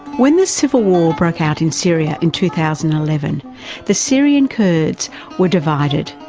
when the civil war broke out in syria in two thousand and eleven the syrian kurds were divided,